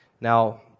Now